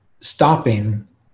stopping